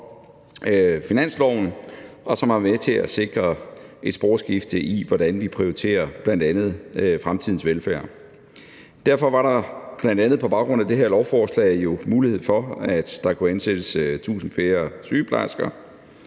finansloven, og som er med til at sikre et sporskifte i, hvordan vi prioriterer bl.a. fremtidens velfærd. Derfor er der bl.a. på baggrund af det her lovforslag mulighed for, at der kunne ansættes 1.000 flere sygeplejersker,